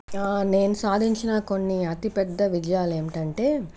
నేను సాధించిన కొన్ని అతిపెద్ద విజయాలు ఏమిటంటే